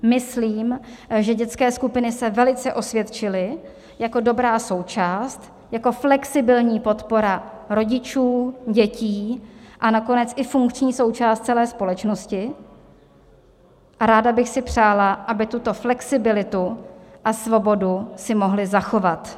Myslím, že dětské skupiny se velice osvědčily jako dobrá součást, jako flexibilní podpora rodičů, dětí a nakonec i funkční součást celé společnosti, a ráda bych si přála, aby tuto flexibilitu a svobodu si mohly zachovat.